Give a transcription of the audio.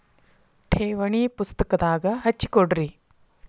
ಠೇವಣಿ ಪುಸ್ತಕದಾಗ ಹಚ್ಚಿ ಕೊಡ್ರಿ